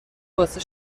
واسه